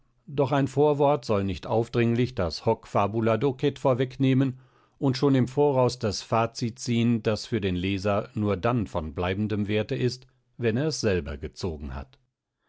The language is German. doch ein vorwort soll nicht aufdringlich das hoc fabula docet vorwegnehmen und schon im voraus das fazit ziehen das für den leser nur dann von bleibendem werte ist wenn er es selber gezogen hat